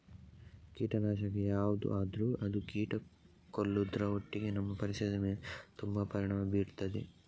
ಕೀಟನಾಶಕ ಯಾವ್ದು ಆದ್ರೂ ಅದು ಕೀಟ ಕೊಲ್ಲುದ್ರ ಒಟ್ಟಿಗೆ ನಮ್ಮ ಪರಿಸರದ ಮೇಲೆ ತುಂಬಾ ಪರಿಣಾಮ ಬೀರ್ತದೆ